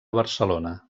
barcelona